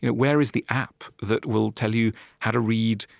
where is the app that will tell you how to read,